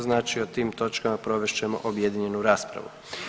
Znači o tim točkama provest ćemo objedinjenu raspravu.